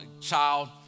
child